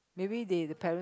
maybe they the parents